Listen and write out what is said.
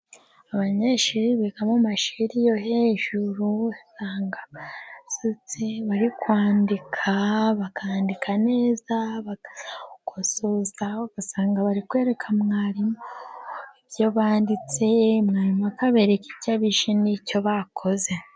Abanyeshuri biga mu mashuri yo hejuru, usanga basetse, bari kwandika, bakandika neza, bagakosoza, ugasanga bari kwereka mwarimu ibyo banditse, mwarimu akabereka icyo bishe n'icyo bakoze.